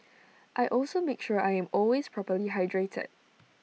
I also make sure I am always properly hydrated